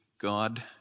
God